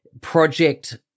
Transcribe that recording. Project